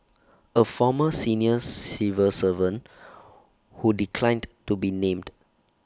A former seniors civil servant who declined to be named